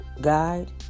guide